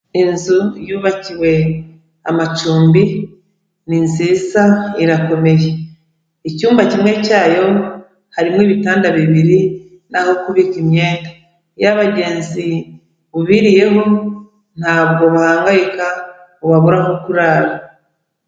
Inzu yubakiwe amacumbi; ni nziza, irakomeye. Icyumba kimwe cyayo harimo ibitanda bibiri n'aho kubika imyenda. Iyo abagenzi bubiriyeho ntabwo bahangayika ngo babura aho kurara.